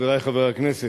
חברי חברי הכנסת,